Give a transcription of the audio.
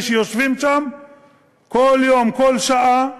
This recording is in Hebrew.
מי שיושבים שם כל יום כל שעה,